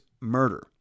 murder